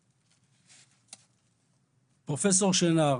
פרופ' שנער,